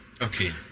Okay